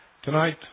Tonight